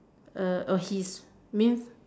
err oh he's means